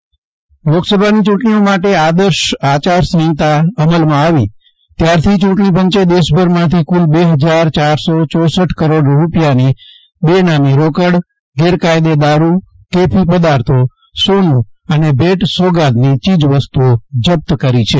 જયદિપ વૈષ્ણવ બેનામી રોકડ લોકસભાની ચુંટણીઓ માટે આદર્શ આંચારસંહિતા અમલમાં આવી ત્યારથી ચુંટણી પંચે દેશભરમાંથી કુલ બે હજાર ચારસો ચોસઠ કરોડ રૂપિયાની બેનામી રોકડ ગેરકાયદે દારૂ કેફી પદાર્થો સોનુ અને ભેટ સોગાદની ચીજવસ્તુઓ જપ્ત કરી છે